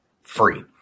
free